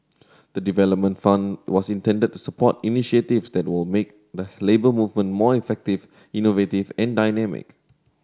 the development fund was intended to support initiatives that will make the Labour Movement more effective innovative and dynamic